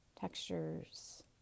textures